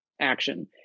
action